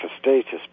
status